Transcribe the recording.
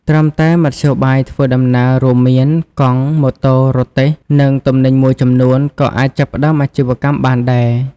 ត្រឹមតែមធ្យោបាយធ្វើដំណើរ រួមមាន កង់ ម៉ូតូ រទេះ និងទំនិញមួយចំនួន ក៏អាចចាប់ផ្តើមអាជីវកម្មបានដែរ។